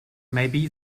maybe